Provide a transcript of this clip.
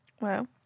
Wow